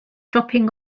dropping